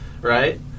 Right